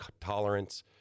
tolerance